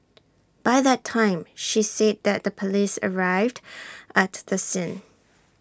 by that time she said that the Police arrived at the scene